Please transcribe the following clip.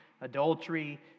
adultery